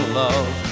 love